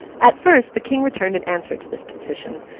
at first the king returned an answer to this petition,